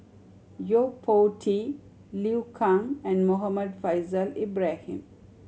Yo Po Tee Liu Kang and Muhammad Faishal Ibrahim